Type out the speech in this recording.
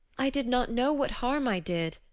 i did not know what harm i did,